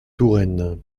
touraine